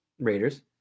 Raiders